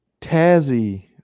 Tazzy